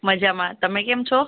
મજામાં તમે કેમ છો